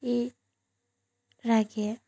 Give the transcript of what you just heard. এই ৰাগে